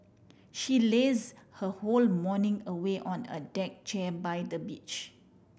she laze her whole morning away on a deck chair by the beach